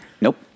Nope